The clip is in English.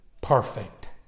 perfect